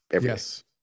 yes